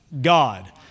God